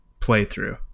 playthrough